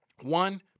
One